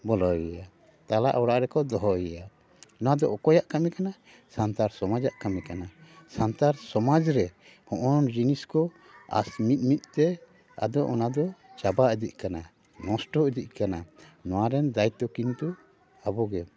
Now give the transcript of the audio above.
ᱵᱚᱞᱚᱭᱮᱭᱟ ᱛᱟᱞᱟ ᱚᱲᱟᱜ ᱨᱮᱠᱚ ᱫᱚᱦᱚᱭᱮᱭᱟ ᱱᱚᱣᱟ ᱫᱚ ᱚᱠᱚᱭᱟᱜ ᱠᱟᱹᱢᱤ ᱠᱟᱱᱟ ᱥᱟᱱᱛᱟᱲ ᱥᱚᱢᱟᱡᱟᱜ ᱠᱟᱹᱢᱤ ᱠᱟᱱᱟ ᱥᱟᱱᱛᱟᱲ ᱥᱚᱢᱟᱡ ᱨᱮ ᱱᱚᱜᱼᱱᱟ ᱡᱤᱱᱤᱥ ᱠᱚ ᱟᱥ ᱢᱤᱫ ᱢᱤᱫᱛᱮ ᱟᱫᱚ ᱚᱱᱟ ᱫᱚ ᱪᱟᱵᱟ ᱤᱫᱤᱜ ᱠᱟᱱᱟ ᱱᱚᱥᱴᱚ ᱤᱫᱤᱜ ᱠᱟᱱᱟ ᱱᱚᱣᱟ ᱨᱮᱱ ᱫᱟᱹᱭᱤᱛᱛᱚ ᱠᱤᱱᱛᱩ ᱟᱵᱚᱜᱮ